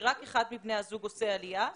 שרק אחד מבני הזוג עושה עלייה,